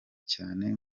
cyane